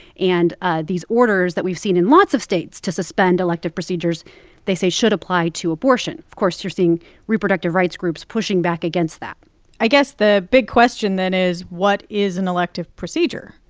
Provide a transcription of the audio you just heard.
and ah these orders that we've seen in lots of states to suspend elective procedures they say should apply to abortion. of course, you're seeing reproductive rights groups pushing back against that i guess the big question, then, is, what is an elective procedure?